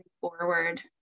forward